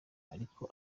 ariko